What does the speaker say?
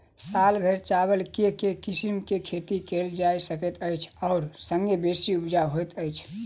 साल भैर चावल केँ के किसिम केँ खेती कैल जाय सकैत अछि आ संगे बेसी उपजाउ होइत अछि?